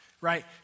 right